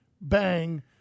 bang